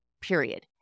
period